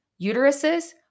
uteruses